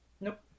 Nope